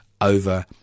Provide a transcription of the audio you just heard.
over